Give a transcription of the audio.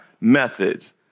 methods